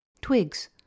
Twigs